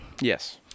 Yes